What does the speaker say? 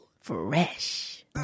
Fresh